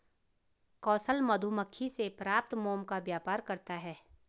कौशल मधुमक्खी से प्राप्त मोम का व्यापार करता है